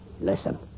Listen